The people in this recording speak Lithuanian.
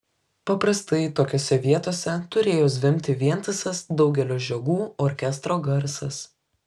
paprastai tokiose vietose turėjo zvimbti vientisas daugelio žiogų orkestro garsas